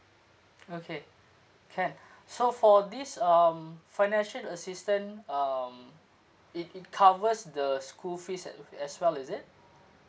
okay can so for this um financial assistance um it it covers the school fees a~ as well is it